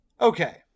Okay